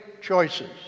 choices